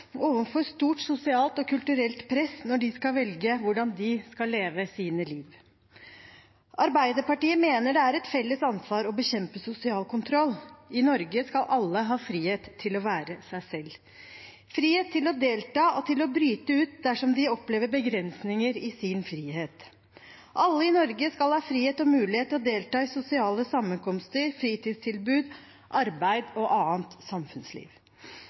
stort sosialt og kulturelt press når de skal velge hvordan de skal leve sitt liv. Arbeiderpartiet mener det er et felles ansvar å bekjempe sosial kontroll. I Norge skal alle ha frihet til å være seg selv, frihet til å delta og til å bryte ut dersom de opplever begrensninger i sin frihet. Alle i Norge skal ha frihet og mulighet til å delta i sosiale sammenkomster, fritidstilbud, arbeid og annet samfunnsliv.